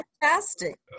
fantastic